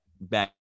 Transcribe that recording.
back